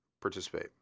participate